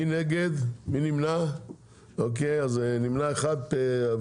נמנע אחד.